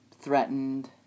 threatened